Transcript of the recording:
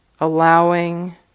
allowing